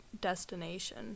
destination